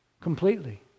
Completely